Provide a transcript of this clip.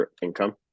income